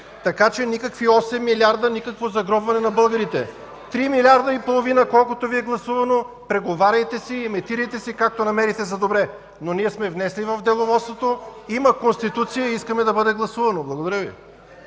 Така че никакви 8 милиарда, никакво загробване на българите. Три милиарда и половина, колкото Ви е гласувано, преговаряйте си, емитирайте си, както намерите за добре. Внесли сме в Деловодството предложение. Има Конституция и искаме да бъде гласувано. Благодаря.